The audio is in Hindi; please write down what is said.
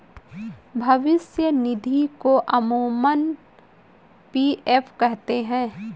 भविष्य निधि को अमूमन पी.एफ कहते हैं